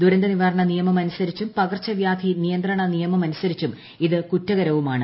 ദുരന്ത നിവാരണ നിയമമനുസരിച്ചും പകർച്ചവ്യാധി നിയന്ത്രണ നിയമമനുസരിച്ചും ഇത് കുറ്റകരവുമാണ്